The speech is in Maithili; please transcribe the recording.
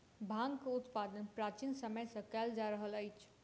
भांगक उत्पादन प्राचीन समय सॅ कयल जा रहल अछि